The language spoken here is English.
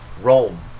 Rome